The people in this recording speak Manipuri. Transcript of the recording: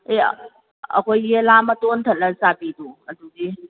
ꯑꯦ ꯑꯩꯈꯣꯏꯒꯤ ꯌꯦꯂꯥ ꯃꯇꯣꯟ ꯊꯠꯂ ꯆꯥꯕꯤꯗꯣ ꯑꯗꯨꯗꯤ